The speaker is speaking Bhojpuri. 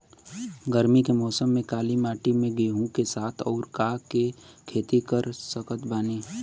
गरमी के मौसम में काली माटी में गेहूँ के साथ और का के खेती कर सकत बानी?